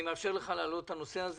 אני מאפשר לך להעלות את הנושא הזה,